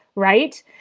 right.